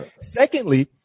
Secondly